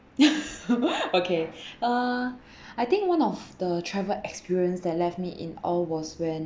okay uh I think one of the travel experience that left me in awe was when